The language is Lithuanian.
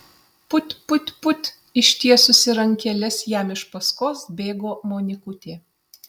put put put ištiesusi rankeles jam iš paskos bėgo monikutė